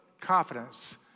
confidence